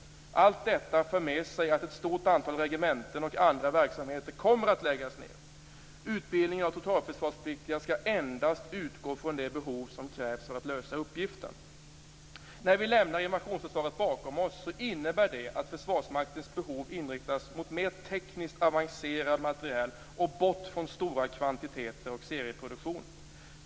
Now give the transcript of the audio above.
Allt detta för med sig att ett stort antal regementen och andra verksamheter kommer att läggas ned. Utbildningen av totalförsvarspliktiga skall endast utgå från det behov som krävs för att lösa uppgiften. När vi lämnar invasionsförsvaret bakom oss innebär det att Försvarsmaktens behov inriktas mot mer tekniskt avancerad materiel och bort från stora kvantiteter och serieproduktion.